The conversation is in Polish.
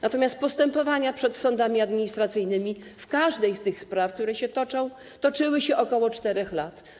Natomiast postępowania przed sądami administracyjnymi w każdej z tych spraw, które się toczą, toczyły się ok. 4 lat.